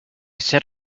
set